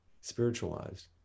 spiritualized